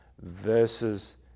versus